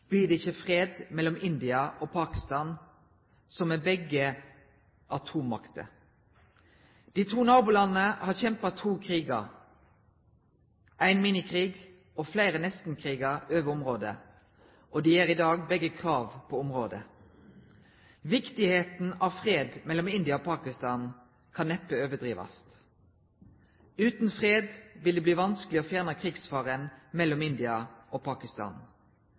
blir løst, blir det ikke fred mellom India og Pakistan, som begge er atommakter. De to nabolandene har kjempet to kriger, en minikrig og flere nesten-kriger over området, og begge gjør i dag krav på området. Viktigheten av fred mellom India og Pakistan kan neppe overdrives. Uten fred vil det bli vanskelig å fjerne krigsfaren mellom India og Pakistan.